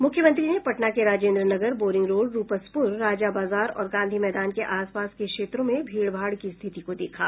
मुख्यमंत्री ने पटना के राजेन्द्र नगर बोरिंग रोड रूपसपुर राजा बाजार और गांधी मैदान के आसपास के क्षेत्रों में भीड़ भाड़ की स्थिति को देखा